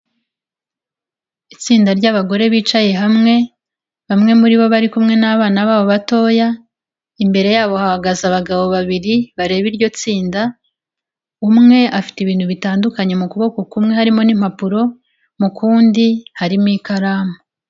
Itsinda ry'abagore bicaye hamwe, bamwe muribo bari kumwe n'abana babo batoya, imbere yabo hahagaze abagabo babiri bareba iryo tsinda, umwe afite ibintu bitandukanye, mu kuboko kumwe harimo n'impapuro mu kundi harimo ikaramu.